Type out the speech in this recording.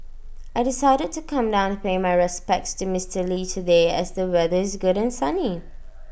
I decided to come down to pay my respects to Mister lee today as the weather is good and sunny